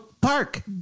Park